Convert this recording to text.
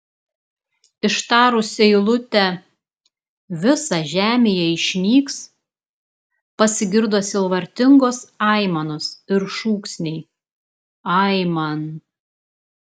ištarus eilutę visa žemėje išnyks pasigirdo sielvartingos aimanos ir šūksniai aiman